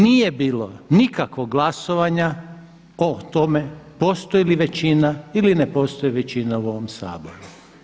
Nije bilo nikakvog glasovanja o tome postoji li većina ili ne postoji većina u ovom Saboru.